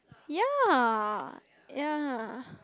ya ya